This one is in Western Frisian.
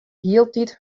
hieltyd